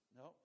no